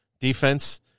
defense